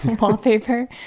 wallpaper